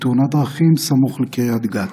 בתאונת דרכים סמוך לקריית גת.